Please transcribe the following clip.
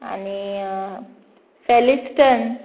आनी फॅलिस्टन